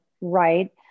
right